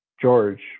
George